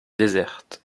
déserte